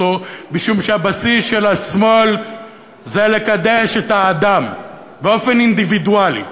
משום שהבסיס של השמאל זה לקדש את האדם באופן אינדיבידואלי,